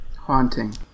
Haunting